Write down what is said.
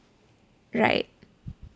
right